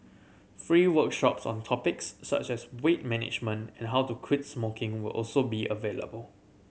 free workshops on topics such as weight management and how to quit smoking will also be available